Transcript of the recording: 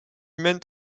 mènent